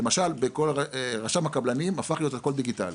למשל רשם הקבלנים הפך להיות הכל דיגיטלי,